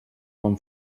bon